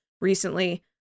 recently